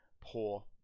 poor